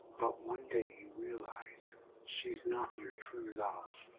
but one day you realize she's not your true love.